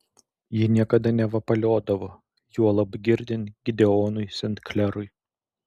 ji niekada nevapaliodavo juolab girdint gideonui sent klerui